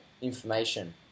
information